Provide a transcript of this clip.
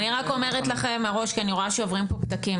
אני רק אומרת לכם מראש כי אני רואה שעוברים פה פתקים,